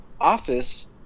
office